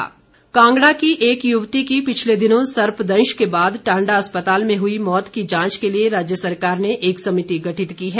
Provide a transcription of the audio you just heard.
जांच कांगड़ा की एक युवती की पिछले दिनों सर्पदंश के बाद टाण्डा अस्पताल में हुई मौत की जांच के लिए राज्य सरकार ने एक समिति गठित की है